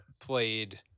played